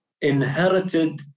inherited